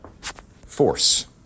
force